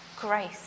grace